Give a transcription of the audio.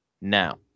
now